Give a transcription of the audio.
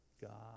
God